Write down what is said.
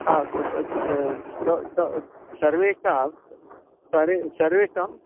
ह ग सर्वेषां सर्वे सर्वेषाम्